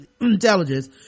intelligence